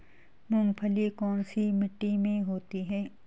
मूंगफली कौन सी मिट्टी में होती है?